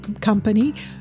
company